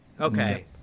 Okay